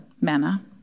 manna